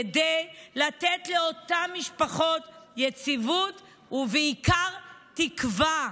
כדי לתת לאותן משפחות יציבות ובעיקר תקווה.